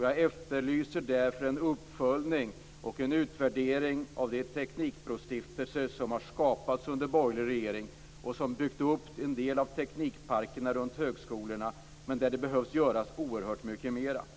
Jag efterlyser därför en uppföljning och en utvärdering av de teknikbrostiftelser som skapades under borgerlig regering och som byggt upp en del av teknikparkerna runt högskolorna, men det behövs göras oerhört mycket mera.